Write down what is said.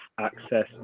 access